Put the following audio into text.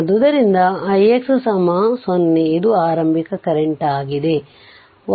ಆದ್ದರಿಂದ ix 0 ಇದು ಆರಂಭಿಕ ಕರೆಂಟ್ ಆಗಿದೆ